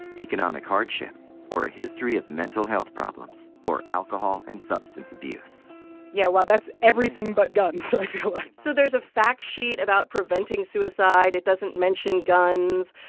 economic hardship or a history of mental health problems or alcohol and substance abuse yeah. wow, that's everything but guns, i feel like so there's a fact sheet about preventing suicide it doesn't mention guns.